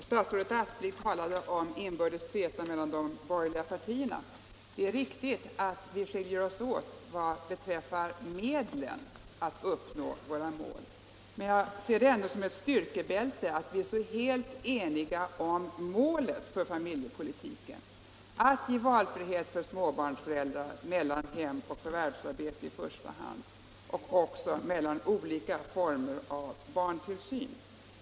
Herr talman! Herr Aspling talade om inbördes träta mellan de borgerliga partierna. Det är riktigt att vi något skiljer oss åt vad beträffar medlen att uppnå våra mål på detta område. Men jag ser det ändå som ett styrkebälte att vi är så helt eniga om målet för familjepolitiken, nämligen att ge valfrihet för småbarnsföräldrar mellan hemoch förvärvsarbete men också mellan olika former av barntillsyn.